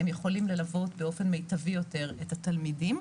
הם יכולים ללוות באופן מיטבי יותר את התלמידים.